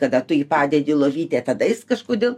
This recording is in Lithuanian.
tada tu jį padedi lovytę tada jis kažkodėl